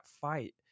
fight